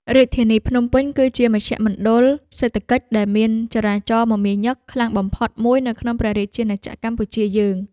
រាជធានីភ្នំពេញគឺជាមជ្ឈមណ្ឌលសេដ្ឋកិច្ចដែលមានចរាចរណ៍មមាញឹកខ្លាំងបំផុតមួយនៅក្នុងព្រះរាជាណាចក្រកម្ពុជាយើង។